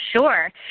sure